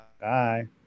Bye